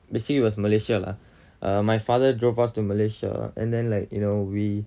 basically it was malaysia lah uh my father drove us to malaysia and then like you know we